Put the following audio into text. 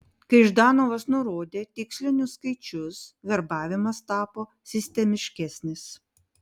kai ždanovas nurodė tikslinius skaičius verbavimas tapo sistemiškesnis